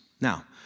Now